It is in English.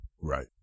Right